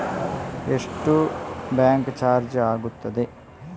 ಎಷ್ಟು bank charge ಆಗುತ್ತದೆ?